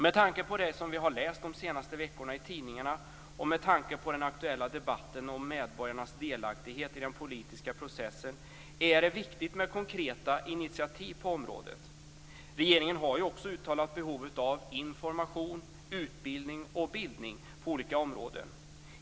Med tanke på det som vi läst under de senaste veckorna i tidningarna och med tanke på den aktuella debatten om medborgarnas delaktighet i den politiska processen är det viktigt med konkreta initiativ på området. Regeringen har ju också uttalat behovet av information, utbildning och bildning på olika områden.